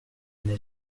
n’a